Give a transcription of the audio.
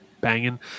banging